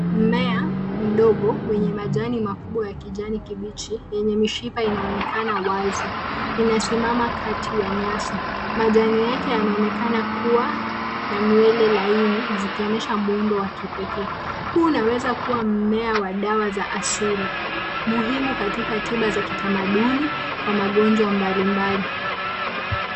Mmea mdogo wenye majani makubwa ya kijani kibichi enye mishipa inaonekana wazi. Inasimama kati ya nyasi. Majani yake yanaonekan kuwa na nywele laini zikionyesha muundo wa kipekee. Huu unaweza kuwa mmea wa dawa za asili, muhimu katika tiba za kitamaduni kwa magonjwa mbalimbali.